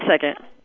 second